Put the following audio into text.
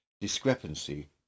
discrepancy